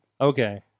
Okay